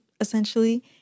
essentially